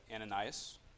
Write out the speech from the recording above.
Ananias